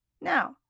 Now